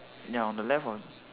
ya on the left on